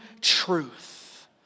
truth